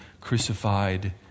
crucified